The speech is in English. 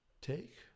take